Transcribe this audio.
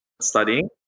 studying